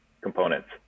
components